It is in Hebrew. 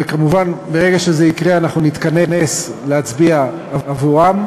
וכמובן, ברגע שזה יקרה אנחנו נתכנס להצביע עבורם.